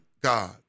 God